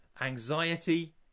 anxiety